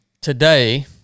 today